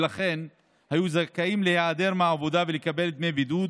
ולכן היו זכאים להיעדר מהעבודה ולקבל דמי בידוד